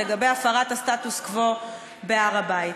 לגבי הפרת הסטטוס-קוו בהר-הבית.